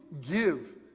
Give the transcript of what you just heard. give